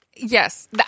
Yes